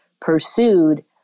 pursued